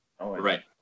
Right